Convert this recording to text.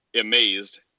amazed